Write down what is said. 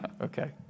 okay